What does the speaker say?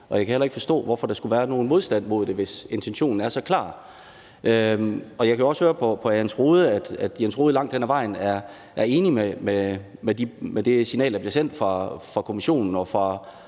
Jeg kan heller ikke forstå, at der skulle være nogen modstand mod det, hvis intentionen er så klar. Og jeg kan også høre på hr. Jens Rohde, at hr. Jens Rohde langt hen ad vejen er enig i de signaler, der bliver sendt fra Kommissionen og fra